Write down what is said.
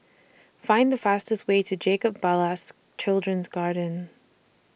Find The fastest Way to Jacob Ballas Children's Garden